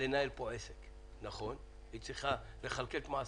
לנהל פה עסק נכון, היא צריכה לכלכל את מעשיה,